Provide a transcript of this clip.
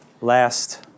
last